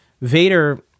Vader